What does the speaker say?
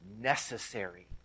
necessary